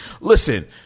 Listen